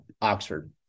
Oxford